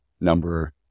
number